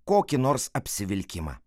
kokį nors apsivilkimą